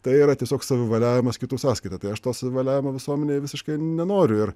tai yra tiesiog savivaliavimas kitų sąskaita tai aš to savivaliavimo visuomenėje visiškai nenoriu ir